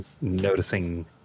noticing